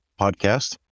podcast